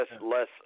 less